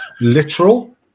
literal